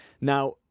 Now